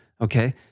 okay